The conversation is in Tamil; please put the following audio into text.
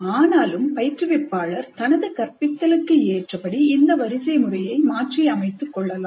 ஆனாலும் பயிற்றுவிப்பாளர் தனது கற்பித்தலுக்கு ஏற்றபடி இந்த வரிசை முறையை மாற்றி அமைத்துக் கொள்ளலாம்